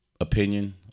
opinion